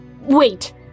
wait